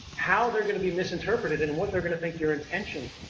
how they're going to be misinterpreted and what they're going to think your intentions